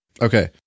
okay